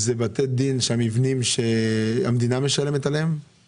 אלה בתי דין שהמדינה משלמת עבור המבנים?